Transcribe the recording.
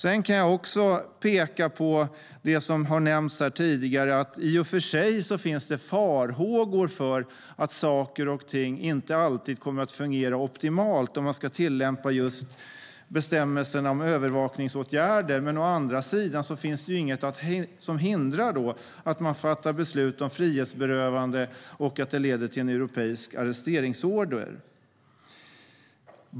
Sedan kan jag också peka på det som har nämnts här tidigare, att det i och för sig finns farhågor för att saker och ting inte alltid kommer att fungera optimalt, om man ska tillämpa just bestämmelserna om övervakningsåtgärder. Men å andra sidan finns det inget som hindrar att man fattar beslut om frihetsberövande och att det leder till en europeisk arresteringsorder.